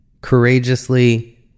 courageously